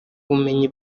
bumenyi